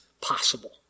possible